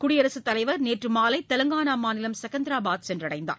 குடியரசுத் தலைவர் நேற்று மாலை தெவங்கனா மாநிலம் செகந்திராபாத் சென்றடைந்தார்